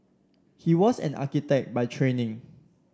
he was an architect by training